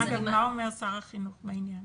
מה אומר שר החינוך בעניין?